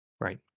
Right